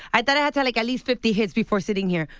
i thought i had to, like at least fifty hits before sitting here.